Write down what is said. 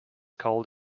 cold